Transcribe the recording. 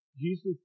Jesus